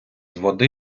води